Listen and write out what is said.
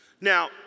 Now